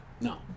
No